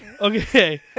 Okay